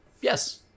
Yes